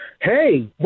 Hey